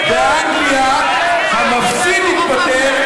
באנגליה המפסיד התפטר,